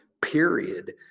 Period